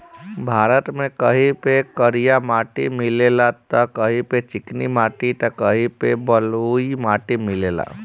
भारत में कहीं पे करिया माटी मिलेला त कहीं पे चिकनी माटी त कहीं पे बलुई माटी मिलेला